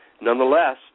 Nonetheless